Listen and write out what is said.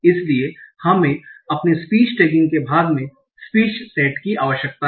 इसलिए हमें अपने स्पीच टेगिंग के भाग में स्पीच सेट की आवश्यकता है